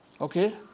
okay